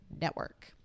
Network